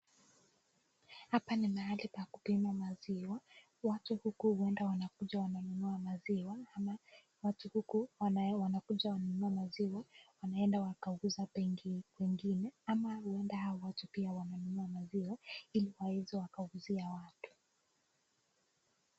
Hapa ni mahali pa kupima maziwa. Watu huku huenda wanakuja wananunua maziwa ama watu huku wanakuja wanunue maziwa wanaenda kuuza kwingine ama huenda hawa watu pia wananunua maziwa ili waweze kuuzia watu.